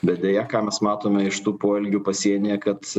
bet deja ką mes matome iš tų poelgių pasienyje kad